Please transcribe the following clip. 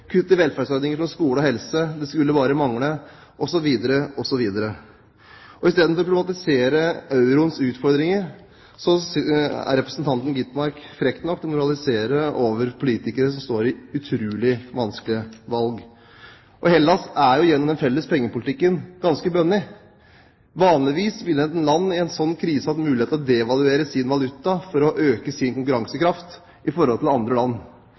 Kutt i velferdsordninger som skole og helse – det skulle bare mangle. Og så videre, og så videre. Istedenfor å problematisere euroens utfordringer er representanten Gitmark frekk nok til å moralisere over politikere som står overfor utrolig vanskelige valg. Hellas er jo gjennom den felles pengepolitikken ganske bundet. Vanligvis ville et land i en sånn krise hatt mulighet til å devaluere sin valuta for å øke sin konkurransekraft i forhold til andre land.